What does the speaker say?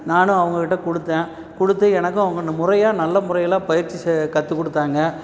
நானும் அவங்கக்கிட்ட கொடுத்தேன் கொடுத்து எனக்கும் அவங்க முறையாக நல்ல முறைகளாக பயிற்சி செய் கற்றுக் கொடுத்தாங்க